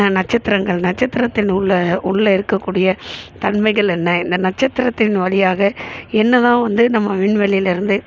நட்சத்திரங்கள் நட்சத்திரத்தின் உள்ளே உள்ளே இருக்கக்கூடிய தன்மைகள் என்ன இந்த நட்சத்திரத்தின் வழியாக என்ன தான் வந்து நம்ம விண்வெளியில் இருந்து